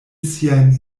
siajn